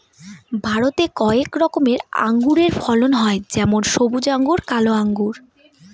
ভারতে কয়েক রকমের আঙুরের ফলন হয় যেমন সবুজ আঙ্গুর, কালো আঙ্গুর